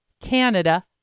Canada